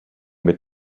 mit